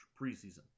preseason